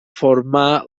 formar